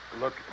Look